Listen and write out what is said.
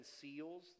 seals